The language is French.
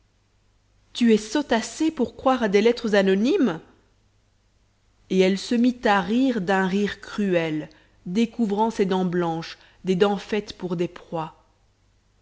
tu es sot assez pour croire à des lettres anonymes et elle se mit à rire d'un rire cruel découvrant ses dents blanches des dents faites pour des proies